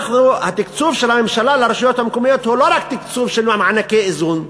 התקצוב של הממשלה לרשויות המקומיות הוא לא רק תקצוב של מענקי איזון,